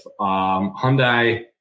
Hyundai